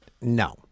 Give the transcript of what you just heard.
No